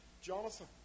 Jonathan